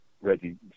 Reggie